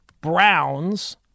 Browns